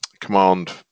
command